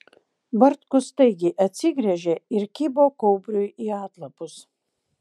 bartkus staigiai atsigręžė ir kibo kaubriui į atlapus